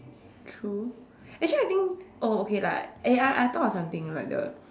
true actually I think oh okay lah eh I I thought of something like the